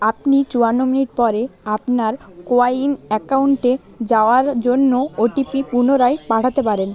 আপনি চুয়ান্ন মিনিট পরে আপনার কোউইন অ্যাকাউন্টে যাওয়ার জন্য ওটিপি পুনরায় পাঠাতে পারেন